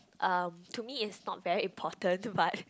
um to me it's not very important but